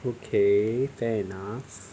okay fair enough